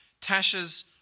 Tasha's